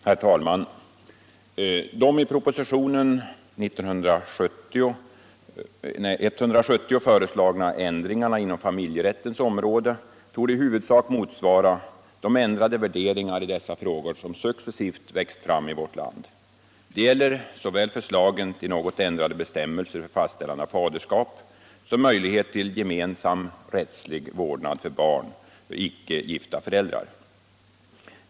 Herr talman! De i propositionen nr 170 föreslagna ändringarna inom familjerättens område torde i huvudsak motsvara de ändrade värderingar i dessa frågor som successivt växt fram i vårt land. Det gäller såväl förslagen till något ändrade bestämmelser för fastställande av faderskap som möjlighet till gemensam rättslig vårdnad av barn för icke gifta föräldrar.